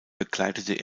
begleitete